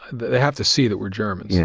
but they have to see that we're germans. yeah